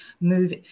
move